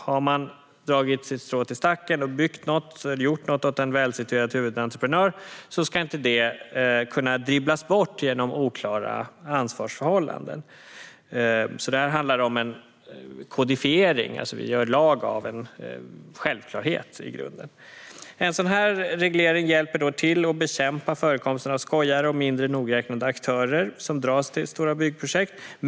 Har man dragit sitt strå till stacken och byggt något eller gjort något åt en välsituerad huvudentreprenör ska inte det kunna dribblas bort genom oklara ansvarsförhållanden. Det här handlar i grunden om en kodifiering - vi gör lag av en självklarhet. En sådan här reglering hjälper till att bekämpa förekomsten av skojare och mindre nogräknade aktörer som dras till stora byggprojekt.